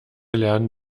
lernen